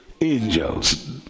Angels